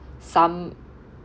some